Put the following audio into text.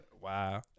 Wow